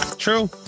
true